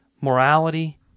morality